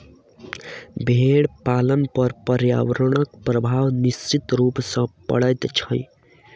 भेंड़ पालन पर पर्यावरणक प्रभाव निश्चित रूप सॅ पड़ैत छै